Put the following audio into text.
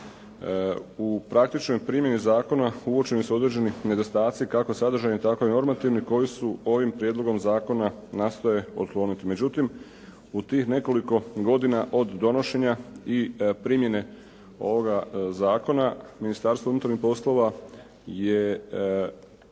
U praktičnoj primjeni zakona uočeni su određeni nedostaci kako sadržajni, tako i normativni koji su ovim prijedlogom zakona nastoje otkloniti. Međutim, u tih nekoliko godina od donošenja i primjene ovoga zakona, Ministarstvo unutarnjih poslova je